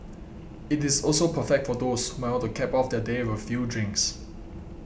it is also perfect for those might want to cap off their day with a few drinks